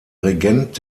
regent